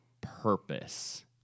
purpose